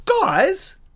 guys